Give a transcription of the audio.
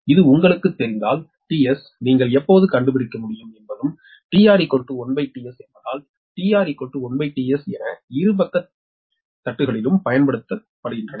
எனவே இது உங்களுக்குத் தெரிந்தால் 𝒕𝑺 நீங்கள் எப்போது கண்டுபிடிக்க முடியும் because என்பதும் tR1tS என்பதால் tR1tS என இரு பக்கத் தட்டுகளும் பயன்படுத்தப்படுகின்றன